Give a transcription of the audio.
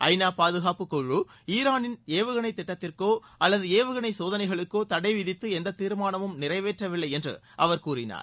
ஐநா பாதுகாப்புக்குழு ஈரானின் ஏவுகணை திட்டத்திற்கோ அல்லது ஏவுகணை சோதனைகளுக்கோ தடை விதித்து எந்த தீர்மானமும் நிறைவேற்றவில்லை என்று அவர் கூறினார்